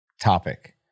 topic